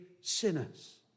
sinners